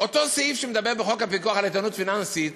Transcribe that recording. אותו סעיף שמדבר בחוק הפיקוח על איתנות פיננסית